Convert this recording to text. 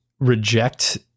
reject